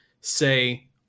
say